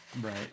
Right